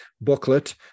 booklet